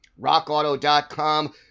Rockauto.com